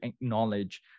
acknowledge